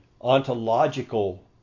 ontological